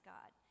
God